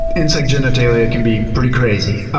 insect genitalia can be pretty crazy.